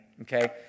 okay